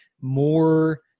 more